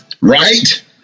Right